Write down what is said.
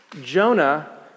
Jonah